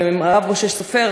והרב משה סופר,